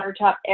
countertop